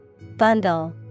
Bundle